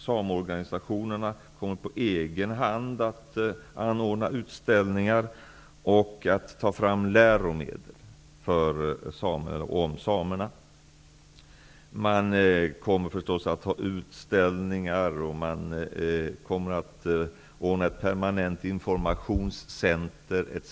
Sameorganisationerna kommer på egen hand att anordna utställningar och ta fram läromedel för samer och om samerna. Man kommer förstås att ha utställningar, och man kommer att skapa ett permanent informationscenter etc.